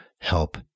help